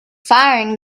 firing